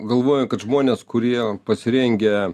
galvoju kad žmonės kurie pasirengę